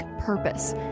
purpose